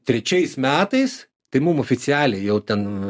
trečiais metais tai mum oficialiai jau ten